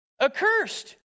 accursed